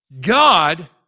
God